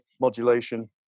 modulation